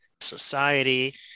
society